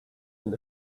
and